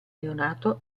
neonato